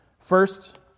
First